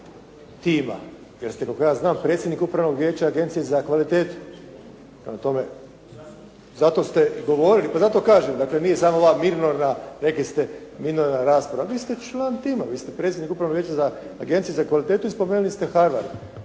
tima, jer ste koliko ja znam predsjednik Upravnog vijeća Agencije za kvalitetu. Prema tome, zato ste i govorili. Pa zato kažem. Dakle, nije samo ova minorna rekli ste minorna rasprava. Vi ste član tima. Vi ste predsjednik Upravnog vijeća Agencije za kvalitetu i spomenuli ste Harvard.